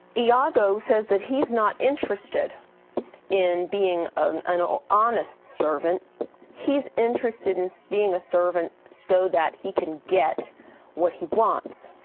iago says that he's not interested in being an an honest servant he's interested in so being a servant so that he can get what he wants.